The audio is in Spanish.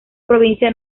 provincia